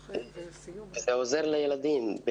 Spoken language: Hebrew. ועוזר לילדים,